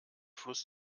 fluss